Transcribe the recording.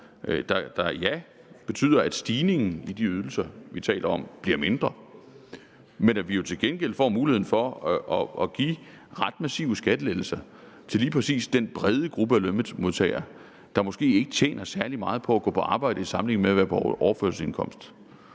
der betyder, at stigningen i de ydelser, vi taler om, bliver mindre. Men til gengæld får vi jo muligheden for at give ret massive skattelettelser til lige præcis den brede gruppe af lønmodtagere, der måske ikke tjener særlig meget på at gå på arbejde i sammenligning med at være på overførselsindkomst.